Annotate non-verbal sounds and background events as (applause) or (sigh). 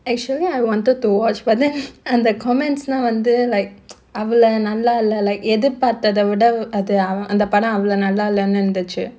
actually I wanted to watch but then அந்த:andha comments lah வந்து:vandhu like (noise) அவள நல்லா இல்ல:avala nallaa illa like எதிர் பார்த்தத விட அது அந்த படம் அவ்ளா நல்லாலனு இந்துச்சு:ethir parthatha vida athu andha padam avlaa nallaalanu indhuchu